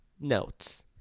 Notes